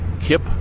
Kip